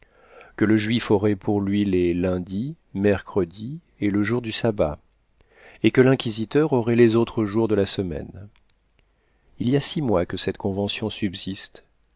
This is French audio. que le juif aurait pour lui les lundis mercredis et le jour du sabbat et que l'inquisiteur aurait les autres jours de la semaine il y a six mois que cette convention subsiste